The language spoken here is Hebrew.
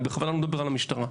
אני בכוונה לא מדבר על המשטרה.